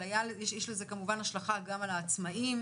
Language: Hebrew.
אבל יש לזה כמובן גם השלכה על העצמאים